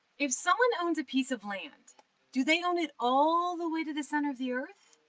if someone owns a piece of land do they own it all the way to the center of the earth?